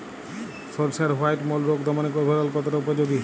সরিষার white mould রোগ দমনে রোভরাল কতটা উপযোগী?